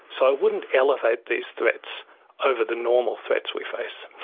so i wouldn't elevate these threats over the normal threats we face.